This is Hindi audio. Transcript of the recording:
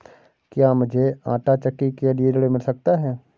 क्या मूझे आंटा चक्की के लिए ऋण मिल सकता है?